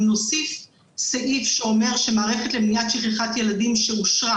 אם נוסיף סעיף שאומר שמערכת למניעת שכחת ילדים שאושרה